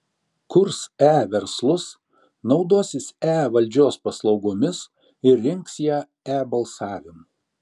kurs e verslus naudosis e valdžios paslaugomis ir rinks ją e balsavimu